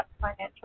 financial